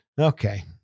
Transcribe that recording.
Okay